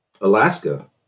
Alaska